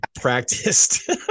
practiced